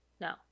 No